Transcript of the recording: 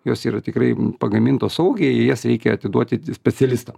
jos yra tikrai pagamintos saugiai i jas reikia atiduoti specialistam